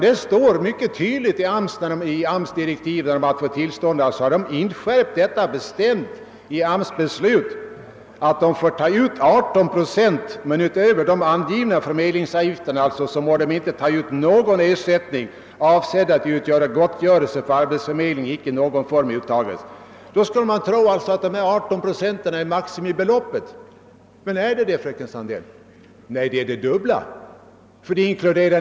Det står mycket tydligt i arbetsmarknadsstyrelsens beslut att man får ta ut 18 procent och att utöver de angivna förmedlingsavgifterna någon ersättning, avsedd att utgöra gottgörelse för arbetsförmedling, icke i någon form får uttagas. Av detta skulle man tro att dessa 18 procent utgör maximibeloppet. Men är så förhållandet, fröken Sandell?